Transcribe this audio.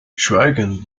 schweigend